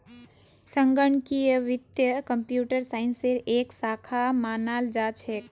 संगणकीय वित्त कम्प्यूटर साइंसेर एक शाखा मानाल जा छेक